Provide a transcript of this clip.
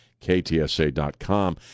KTSA.com